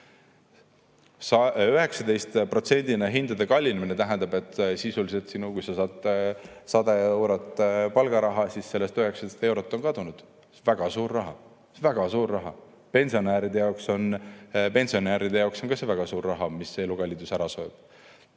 19%-line hindade kallinemine tähendab sisuliselt seda, et kui sa saad 100 eurot palgaraha, siis sellest 19 eurot on kadunud. See on väga suur raha. Väga suur raha! Ka pensionäride jaoks on see väga suur raha, mille elukallidus ära sööb.